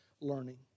learning